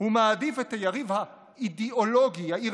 הוא מעדיף את היריב האידיאולוגי יאיר